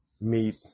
meet